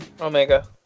Omega